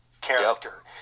character